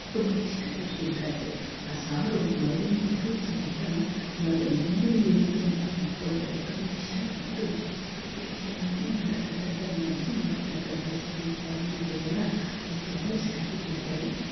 ತುಂಬ ಇಷ್ಟಪಟ್ಟು ತಿನ್ನುತ್ತಾಯಿದ್ದೆ ಆ ಸಾರು ಮರುದಿನ ಇದ್ದರೂ ಸಮೇತ ಮರು ಹಿಂದಿನ ದಿನದ್ದು ಅಂತ ಅಂದುಕೊಳ್ದೆಲೇ ತುಂಬ ಇಷ್ಟಪಟ್ಟು ರುಚಿ ರುಚಿಯಾಗಿ ಮಾಡಿರತಕ್ಕಂಥ ನನ್ನ ಅಜ್ಜಿ ಮಾಡಿರತಕ್ಕಂಥ ಸೊಪ್ಪಿನ ಸಾರು ಮುದ್ದೇನ ನಾನು ತುಂಬ ಚೆನ್ನಾಗಿ ತಿಂತೇನೆ